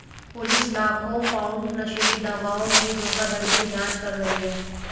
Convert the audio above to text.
police लाखों pound नशीली दवाओं की धोखाधड़ी की जांच कर रही है